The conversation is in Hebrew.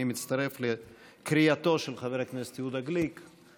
ואני מצטרף לקריאתו של חבר הכנסת יהודה גליק להשתתף.